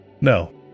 no